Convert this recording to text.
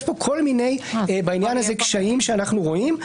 יש בעניין הזה כל מיני קשיים שאנחנו רואים.